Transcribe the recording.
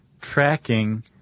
tracking